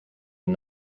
but